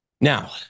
Now